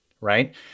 right